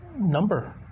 number